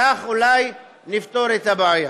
כך אולי נפתור את הבעיה.